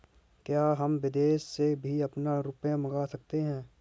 क्या हम विदेश से भी अपना रुपया मंगा सकते हैं?